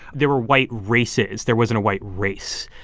there were white races. there wasn't a white race.